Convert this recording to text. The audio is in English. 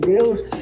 Deus